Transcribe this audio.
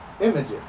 Images